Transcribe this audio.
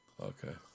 Okay